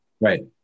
right